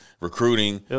recruiting